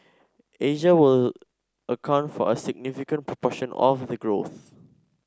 Asia will account for a significant proportion of the growth